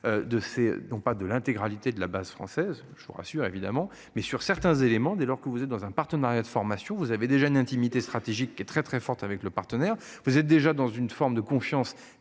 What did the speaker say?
de l'intégralité de la base française je vous rassure évidemment mais sur certains éléments dès lors que vous êtes dans un partenariat de formation, vous avez déjà une intimité stratégique qui est très très forte avec le partenaire, vous êtes déjà dans une forme de confiance